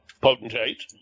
potentate